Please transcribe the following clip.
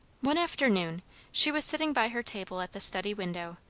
one afternoon she was sitting by her table at the study window,